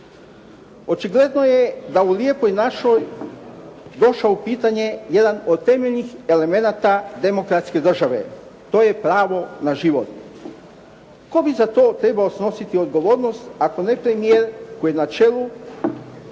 Očigledno je da u Lijepoj našoj došao u pitanje jedan od temeljnih elemenata demokratske države, to je pravo na život. Tko bi za to trebao snositi odgovornost, ako ne premijer koji je na čelu